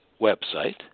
website